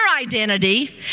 identity